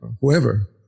whoever